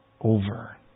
over